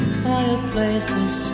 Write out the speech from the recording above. fireplaces